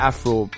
Afro